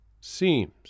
seems